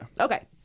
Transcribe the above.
Okay